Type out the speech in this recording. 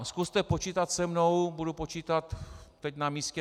Zkuste počítat se mnou, budu počítat teď na místě.